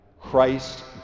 Christ